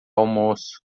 almoço